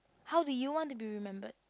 how do you want to be remembered